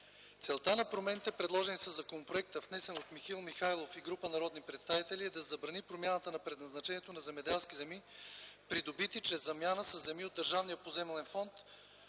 Целта на промените, предложени със законопроекта, внесен от Михаил Михайлов и група народни представители, е да се забрани промяната на предназначението на земеделски земи, придобити чрез замяна със земи от Държавния поземлен фонд